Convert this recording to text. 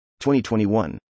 2021